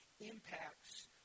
impacts